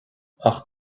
ach